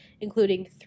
including